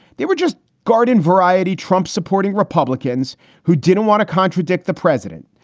they were just garden variety trump supporting republicans who didn't want to contradict the president.